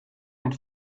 and